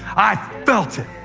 i felt it.